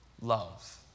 love